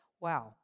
Wow